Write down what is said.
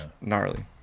gnarly